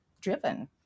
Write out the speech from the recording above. driven